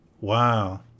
Wow